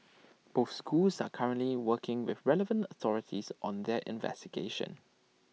both schools are currently working with relevant authorities on their investigations